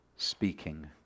speaking